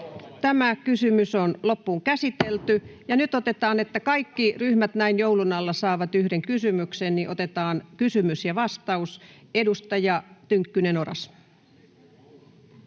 Time: N/A Content: Nyt otetaan, niin että kaikki ryhmät näin joulun alla saavat yhden kysymyksen, aina kysymys ja vastaus. — Edustaja Tynkkynen, Oras.